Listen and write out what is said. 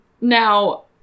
Now